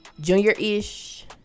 Junior-ish